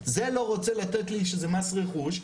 זה לא רוצה לתת לי שזה מס רכוש,